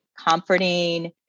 comforting